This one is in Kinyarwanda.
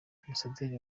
ambasaderi